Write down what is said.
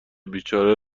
بیچاره